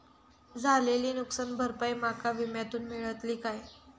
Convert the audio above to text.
झालेली नुकसान भरपाई माका विम्यातून मेळतली काय?